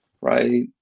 right